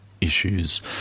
issues